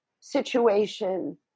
situation